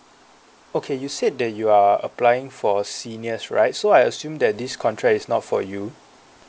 okay you said that you are applying for seniors right so I assume that this contract is not for you